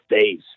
days